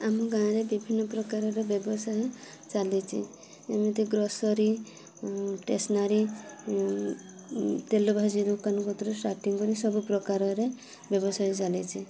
ଆମ ଗାଁରେ ବିଭିନ୍ନ ପ୍ରକାରର ବ୍ୟବସାୟ ଚାଲିଛି ଯେମିତି ଗ୍ରୋସରୀ ଷ୍ଟେଟସନାରୀ ତେଲଭାଜି ଦୋକାନ କତୁରୁ ଷ୍ଟାର୍ଟିଂ କରି ସବୁ ପ୍ରକାରରେ ବ୍ୟବସାୟ ଚାଲିଛି